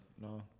no